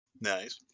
Nice